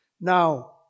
Now